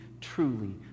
truly